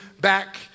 back